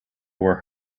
were